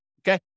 okay